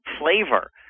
flavor